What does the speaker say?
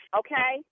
okay